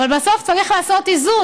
אבל בסוף צריך לעשות איזון,